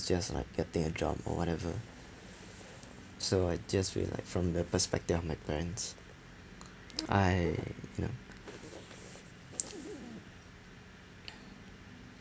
just like getting a job or whatever so I just feel like from the perspective of my parents I you know